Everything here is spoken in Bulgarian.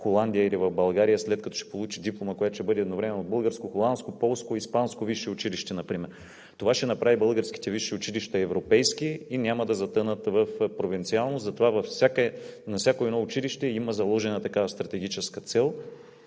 Холандия, или в България, след като ще получи диплома, която ще бъде едновременно от българско, холандско, полско, испанско висше училище например. Това ще направи българските висши училища европейски и няма да затънат в провинциалност. Затова във всяко едно училище има заложена такава стратегическа цел